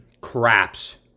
craps